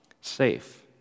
safe